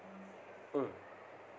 mm